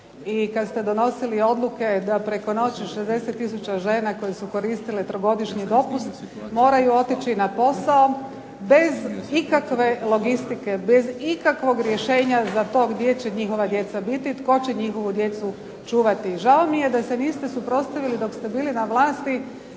i kada ste donosili odluke da preko noći 60 tisuća žena koje su koristile trogodišnji dopust moraju otići na posao, bez ikakve logistike, bez ikakvog rješenja o tome gdje će njihova djeca biti, tko će njihovu djecu čuvati i žao mi je da se niste suprotstavili dok ste bili na vlasti